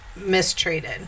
mistreated